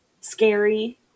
scary